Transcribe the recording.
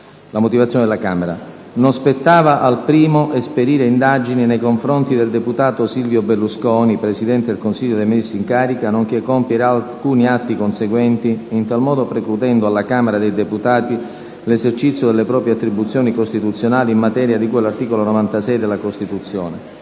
la motivazione della Camera -: «non spettava al primo esperire indagini nei confronti del deputato Silvio Berlusconi, Presidente del Consiglio dei ministri in carica, nonché compiere alcuni atti conseguenti, in tal modo precludendo alla Camera dei deputati l'esercizio delle proprie attribuzioni costituzionali in materia di cui all'articolo 96 della Costituzione;